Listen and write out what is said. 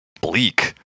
Bleak